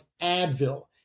Advil